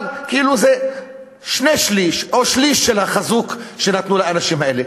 אבל כאילו זה שני-שלישים או שליש של ה"חזוק" שנתנו לאנשים האלה.